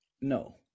no